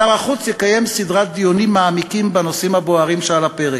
שר החוץ יקיים סדרת דיונים מעמיקים בנושאים הבוערים שעל הפרק.